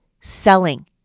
selling